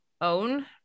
own